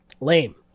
Lame